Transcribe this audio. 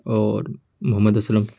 اور محمد اسلم